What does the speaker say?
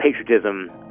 patriotism